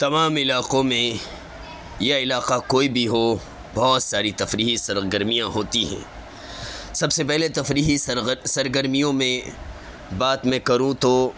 تمام علاقوں میں یا علاقہ کوئی بھی ہو بہت ساری تفریحی سرگرمیاں ہوتی ہیں سب سے پہلے تفریحی سرگرمیوں میں بات میں کروں تو